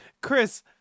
Chris